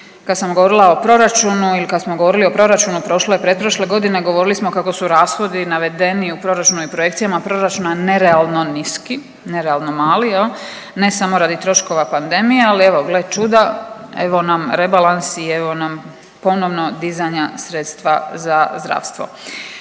Kad sam govorila o proračunu ili kad smo govorili o proračunu prošle i pretprošle godine govorili smo kako su rashodi navedeni u proračunu i projekcijama proračuna nerealno niski, nerealno mali, ne samo radi troškova pandemije, ali evo gle čuda evo nam rebalansi i evo nam ponovno dizanja sredstva za zdravstvo.